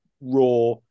raw